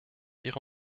ihre